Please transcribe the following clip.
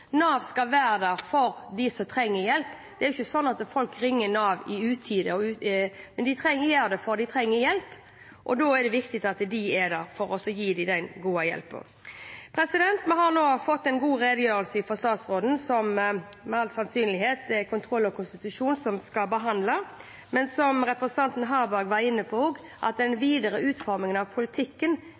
Nav skal være der for dem som trenger hjelp. Det er ikke slik at folk ringer Nav i utide. De gjør det fordi de trenger hjelp. Da er det viktig at Nav er der for å gi dem den gode hjelpen. Vi har nå fått en god redegjørelse fra statsråden. Den er det med all sannsynlighet kontroll- og konstitusjonskomiteen som skal behandle. Som representanten Harberg var inne på, er den videre utformingen av politikken